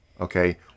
Okay